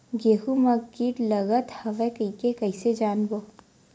गेहूं म कीट लगत हवय करके कइसे जानबो?